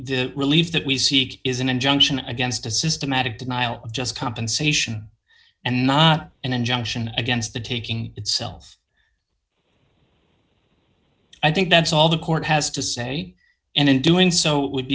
the relief that we seek is an injunction against a systematic denial of just compensation and not an injunction against the taking itself i think that's all the court has to say and in doing so w